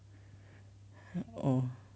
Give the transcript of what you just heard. orh